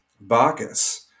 Bacchus